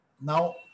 Now